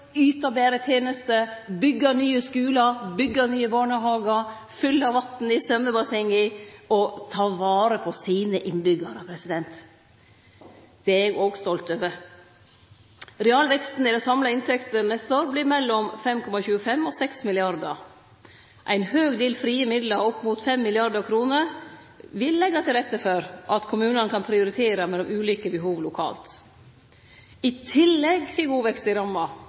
betre tenester, byggje nye skular, byggje nye barnehagar, fylle vatn i symjebassenga og ta vare på innbyggjarane sine. Det er eg òg stolt over. Realveksten i dei samla inntektene neste år blir mellom 5,25 mrd. kr og 6 mrd. kr. Ein høg del frie midlar, opp mot 5 mrd. kr, vil leggje til rette for at kommunane kan prioritere mellom ulike behov lokalt. I tillegg til ein god vekst i